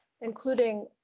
including